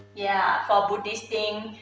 yeah, for buddhist thing,